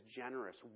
generous